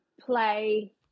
play